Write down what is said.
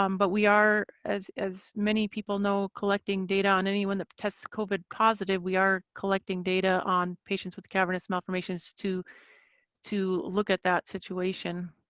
um but we are, as as many people know, collecting data on anyone the tests covid positive. we are collecting data on patients with cavernous malformations to to look at that situation.